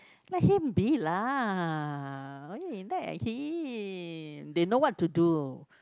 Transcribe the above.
let him be lah why you nag at him they know what to do